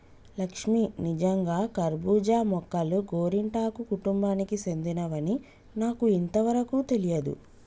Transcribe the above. లక్ష్మీ నిజంగా కర్బూజా మొక్కలు గోరింటాకు కుటుంబానికి సెందినవని నాకు ఇంతవరకు తెలియదు